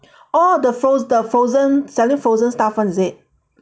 oh the froze the frozen selling frozen stuff [one] is it